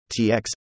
tx